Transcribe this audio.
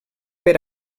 per